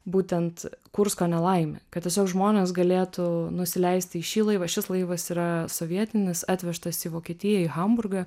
būtent kursko nelaimė kad tiesiog žmonės galėtų nusileisti į šį laivą šis laivas yra sovietinis atvežtas į vokietiją į hamburgą